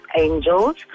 Angels